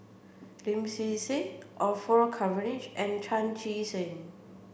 Lim Swee Say Orfeur Cavenagh and Chan Chee Seng